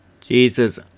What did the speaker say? Jesus